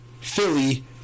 Philly